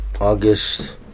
August